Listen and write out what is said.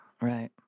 right